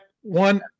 one